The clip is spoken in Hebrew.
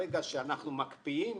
ברגע שאנחנו מקפיאים,